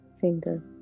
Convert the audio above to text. finger